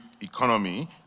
economy